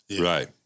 Right